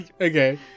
Okay